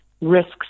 risks